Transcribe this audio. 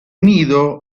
nido